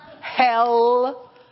hell